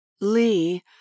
Lee